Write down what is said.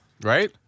right